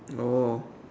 oh